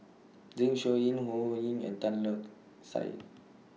Zeng Shouyin Ho Ho Ying and Tan Lark Sye